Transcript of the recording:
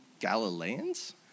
Galileans